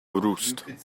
roost